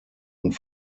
und